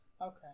Okay